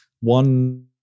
one